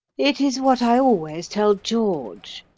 it is what i always tell george,